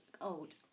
old